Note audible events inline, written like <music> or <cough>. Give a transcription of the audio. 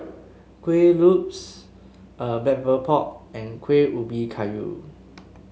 Kuih Lopes <hesitation> <unintelligible> pork and Kuih Ubi Kayu